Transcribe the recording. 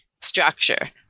structure